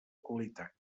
qualitat